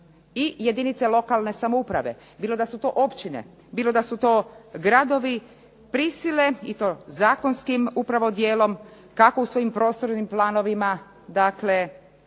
i jedinice lokalne samouprave bilo da su to općine, bilo da su to gradovi prisile i to zakonskim dijelom kako u svojim prostornim planovima